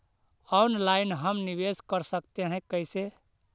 Online हम निवेश कर सकते है, कैसे?